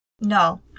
No